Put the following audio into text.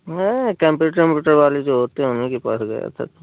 नहीं computer computer वाले जो होते होंगे उन्ही के पास गए थे